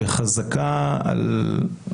ואז כבר בהודעה הראשונה על כינוס האסיפה,